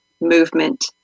movement